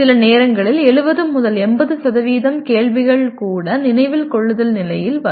சில நேரங்களில் 70 முதல் 80 கேள்விகள் கூட நினைவில் கொள்ளுதல் நிலையில் வரும்